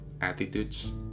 attitudes